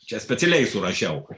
čia specialiai surašiau